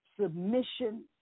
submission